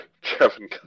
Kevin